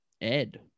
Ed